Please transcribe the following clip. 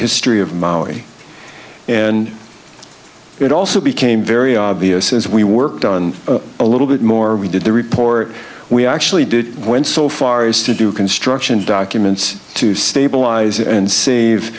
history of maori and it also became very obvious as we worked on a little bit more we did the report we actually did when so far as to do construction documents to stabilize and s